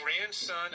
grandson